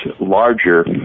larger